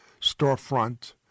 storefront